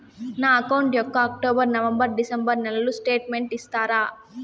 నా అకౌంట్ యొక్క October, November, December నెలల స్టేట్మెంట్ ఇస్తారా?